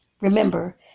Remember